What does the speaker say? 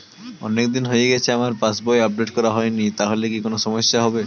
অনেকদিন হয়ে গেছে আমার পাস বই আপডেট করা হয়নি তাহলে কি কোন সমস্যা হবে?